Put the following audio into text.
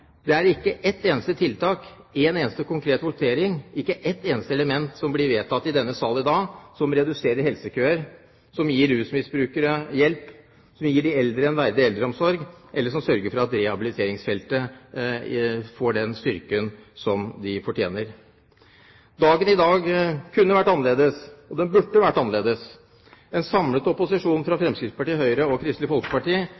Det er ikke ett eneste tiltak, ikke én eneste konkret votering, ikke ett eneste element som blir vedtatt i denne sal i dag som reduserer helsekøer, som gir rusmisbrukere hjelp, som gir de eldre en verdig eldreomsorg, eller som sørger for at rehabiliteringsfeltet blir styrket slik de fortjener. Dagen i dag kunne vært annerledes, og den burde vært annerledes. En samlet opposisjon fra